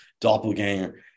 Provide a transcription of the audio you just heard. doppelganger